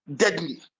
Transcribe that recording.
deadly